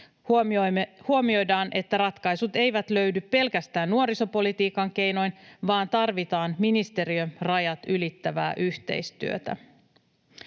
Huomioidaan, että ratkaisut eivät löydy pelkästään nuorisopolitiikan keinoin vaan tarvitaan ministeriörajat ylittävää yhteistyötä.